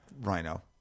rhino